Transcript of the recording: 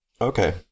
Okay